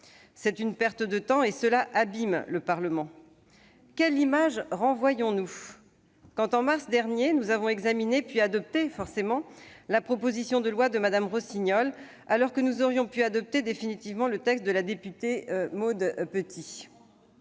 c'est une perte de temps et cela abîme le Parlement. Quelle image renvoyons-nous quand, en mars dernier, nous avons examiné puis adopté- forcément -la proposition de loi de Mme Rossignol, alors que nous aurions pu adopter définitivement le texte de la députée Maud Petit